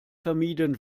vermieden